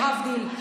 להבדיל.